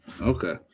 Okay